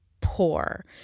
poor